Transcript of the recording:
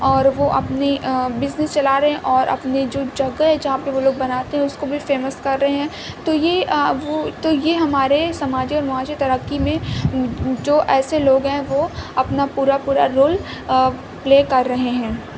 اور وہ اپنی بزنس چلا رہے ہیں اور اپنے جو جگہ ہے جہاں پہ وہ لوگ بناتے ہیں اس کو بھی فیمس کر رہے ہیں تو یہ وہ تو یہ ہمارے سماجی اور معاشی ترقی میں جو ایسے لوگ ہیں وہ اپنا پورا پورا رول پلے کر رہے ہیں